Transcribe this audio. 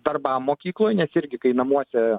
darbam mokykloj nes irgi kai namuose